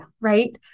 Right